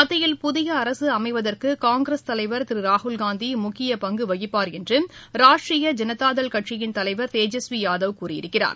மத்தியில் புதிய அரசு அமைவதற்கு காங்கிரஸ் தலைவா் திரு ராகுல்காந்தி முக்கிய பங்கு வகிப்பாா் என்று ராஷ்ட்ரீய ஜனதாதள் கட்சியின் தலைவர் தேஜஸ்வி யாதவ் கூறியிருக்கிறார்